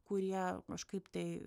kurie kažkaip tai